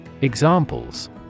Examples